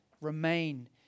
Remain